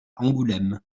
angoulême